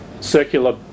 circular